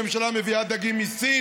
הממשלה מביאה דגים מסין